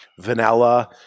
vanilla